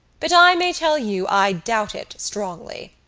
but i may tell you i doubt it strongly.